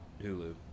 Hulu